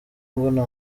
mbona